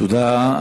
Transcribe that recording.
תודה.